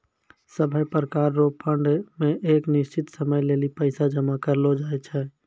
सभै प्रकार रो फंड मे एक निश्चित समय लेली पैसा जमा करलो जाय छै